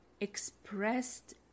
Expressed